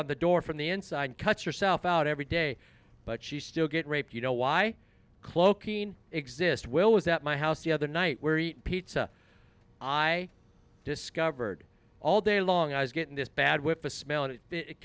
on the door from the inside cuts herself out every day but she still get raped you know why cloaking exist will was at my house the other night where eat pizza i discovered all day long i was getting this bad with the smell and it